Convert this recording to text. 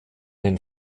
den